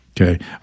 okay